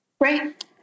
Right